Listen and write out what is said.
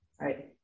right